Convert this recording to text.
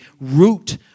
root